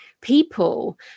people